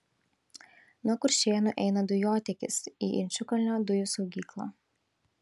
nuo kuršėnų eina dujotiekis į inčukalnio dujų saugyklą